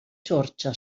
georgia